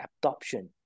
adoption